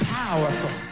powerful